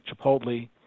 Chipotle